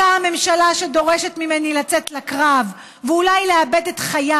אותה ממשלה שדורשת ממני לצאת לקרב ואולי לאבד את חיי